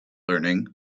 learning